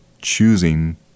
choosing